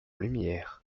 lumière